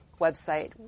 website